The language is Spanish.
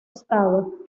estado